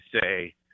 say